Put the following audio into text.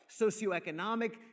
socioeconomic